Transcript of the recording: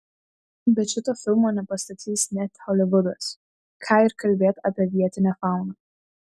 bet šito filmo nepastatys net holivudas ką ir kalbėti apie vietinę fauną